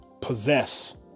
possess